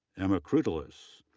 emma krutulis,